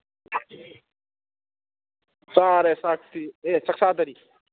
ꯆꯥꯔꯦ ꯆꯥꯛꯇꯤ ꯑꯦ ꯆꯥꯛ ꯆꯥꯗꯔꯤ